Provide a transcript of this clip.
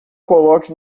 coloque